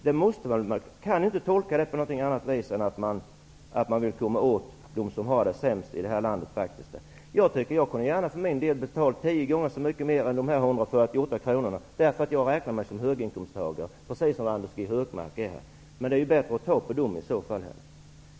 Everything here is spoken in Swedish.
Jag kan inte tolka detta på annat vis än att man vill komma åt dem som har det sämst i det här landet. Jag kunde gärna för min del betala tio gånger mer, därför att jag räknar mig som höginkomsttagare, precis som Anders G Högmark är. Men det är tydligen bättre att ta från de arbetslösa.